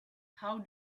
how